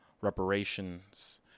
reparations